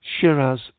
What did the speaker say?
Shiraz